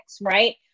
right